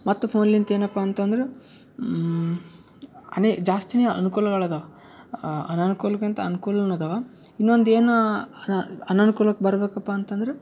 ಮತ್ತು ಫೋನ್ಲಿಂದ್ ಏನಪ್ಪ ಅಂತಂದ್ರೆ ಅನೇ ಜಾಸ್ತಿಯೇ ಅನುಕೂಲಗಳದವೆ ಅನನುಕೂಲ್ಗಿಂತ ಅನ್ಕೂಲ್ವೂ ಅದಾವ ಇನ್ನೊಂದು ಏನು ಅನನುಕೂಲಕ್ಕೆ ಬರಬೇಕಪ್ಪ ಅಂತಂದ್ರೆ